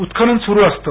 उत्खनन सुरू असतं